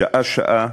שעה-שעה,